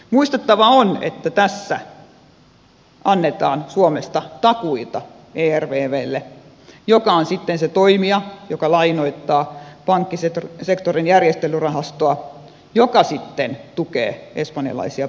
muistettava on että tässä annetaan suomesta takuita ervvlle joka on sitten se toimija joka lainoittaa pankkisektorin järjestelyrahastoa joka sitten tukee espanjalaisia pankkeja